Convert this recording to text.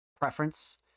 preference